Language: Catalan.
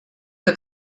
que